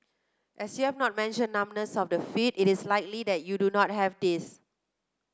as you have not mentioned numbness of the feet it is likely that you do not have this